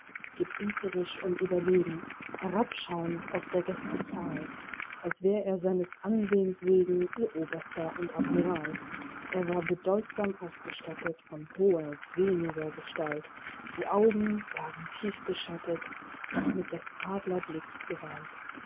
gebieterisch und überlegen herabschau'nd auf der gäste zahl als wär er seines ansehns wegen ihr oberster und admiral er war bedeutsam ausgestattet von hoher sehniger gestalt die augen lagen tief beschattet doch mit des